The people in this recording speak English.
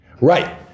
Right